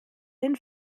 den